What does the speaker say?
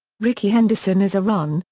rickey henderson is a run,